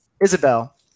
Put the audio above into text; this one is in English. Isabel